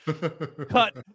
Cut